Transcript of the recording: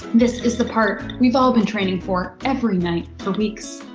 this is the part we've all been training for every night for weeks,